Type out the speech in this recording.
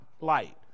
light